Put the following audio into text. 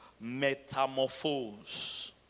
metamorphose